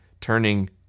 turning